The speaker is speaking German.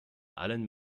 allen